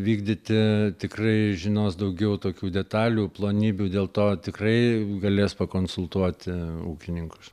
vykdyti tikrai žinos daugiau tokių detalių plonybių dėl to tikrai galės pakonsultuoti ūkininkus